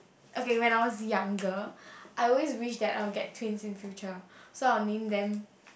okay when I was younger I always wish that I will get twins in future so I'll name them